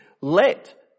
let